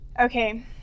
Okay